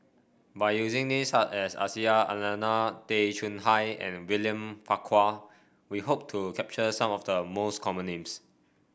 by using names such as Aisyah Lyana Tay Chong Hai and William Farquhar we hope to capture some of the most common names